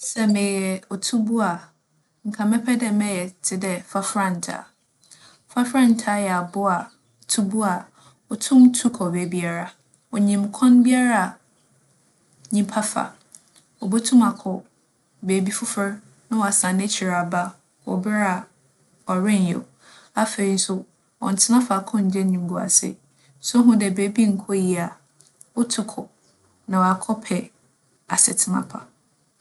Sɛ meyɛ otubowa a nka mɛpɛ dɛ mɛyɛ tse dɛ fafrantaa. Fafrantaa yɛ abowa a - tubowa a otum tu kͻ beebiara. Onyim kwan biara a nyimpa fa. Obotum akͻ beebi fofor, na ͻasan n'ekyir aba wͻ ber a ͻrennyew. Afei so, ͻnntsena faakor nngye enyimguase. Sɛ ohu dɛ beebi nnkͻ yie a, otu kͻ na ͻaakͻpɛ asetsena pa.